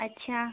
اچھا